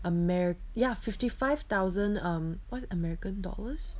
ameri~ ya fifty five thousand um what's american dollars